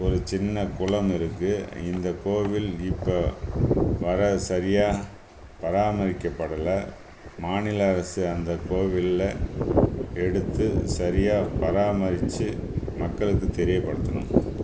ஒரு சின்ன குளம் இருக்குது இந்த கோவில் இப்போ வர சரியாக பராமரிக்கப்படல மாநில அரசு அந்த கோவில்ல எடுத்து சரியாக பராமரிச்சு மக்களுக்கு தெரியப்படுத்தணும்